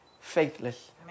faithless